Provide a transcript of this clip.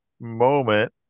moment